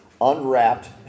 unwrapped